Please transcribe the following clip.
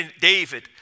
David